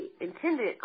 intended